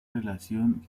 relación